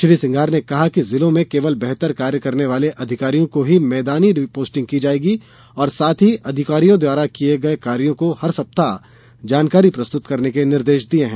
श्री सिंघार ने कहा कि जिलों में केवल बेहतर कार्य करने वाले अधिकारियों की ही मैदानी पोस्टिंग की जायेगी और साथ ही अधिकारियों द्वारा किये गये कार्यों को हर सप्ताह जानकारी प्रस्तुत करने के निर्देश दिये हैं